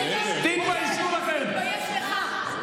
תתביישו לכם.